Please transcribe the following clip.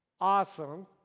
Awesome